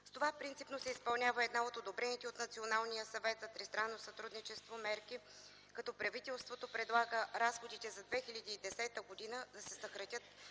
С това принципно се изпълнява една от одобрените от Националния съвет за тристранно сътрудничество мерки, като правителството предлага разходите за 2010 г. да се съкратят